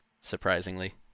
surprisingly